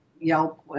Yelp